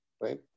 right